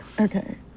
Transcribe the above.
Okay